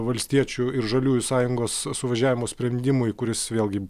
valstiečių ir žaliųjų sąjungos suvažiavimo sprendimui kuris vėlgi